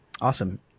Awesome